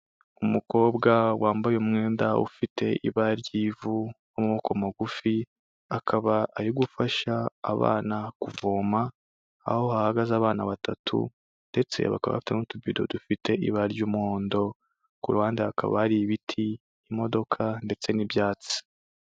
Umukobwa wambaye umwenda ufite ibara ry'ivu w'amaboko mugufi, akaba ari gufasha abana kuvoma, aho hahagaze abana batatu ndetse bakaba bafite n'utubido dufite ibara ry'umuhondo, ku ruhande hakaba hari ibiti, imodoka ndetse n'ibyatsi.